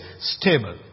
stable